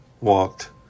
Walked